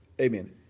amen